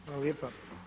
Hvala lijepa.